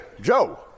Joe